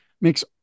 makes